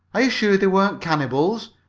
are you sure they weren't cannibals?